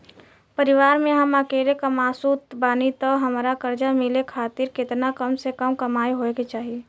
परिवार में हम अकेले कमासुत बानी त हमरा कर्जा मिले खातिर केतना कम से कम कमाई होए के चाही?